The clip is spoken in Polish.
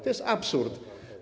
To jest absurd.